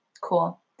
cool